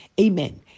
Amen